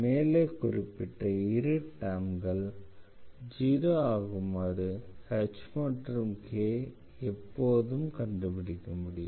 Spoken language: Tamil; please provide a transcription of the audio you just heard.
மேலே குறிப்பிட்ட இரு டெர்ம்கள் 0 ஆகுமாறு h மற்றும் kஐ எப்போதும் கண்டுபிடிக்க முடியும்